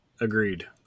agreed